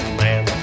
man